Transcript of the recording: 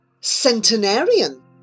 Centenarian